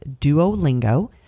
Duolingo